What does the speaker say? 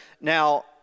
Now